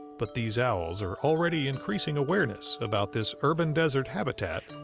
but these owls are already increasing awareness about this urban desert habitat,